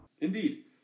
Indeed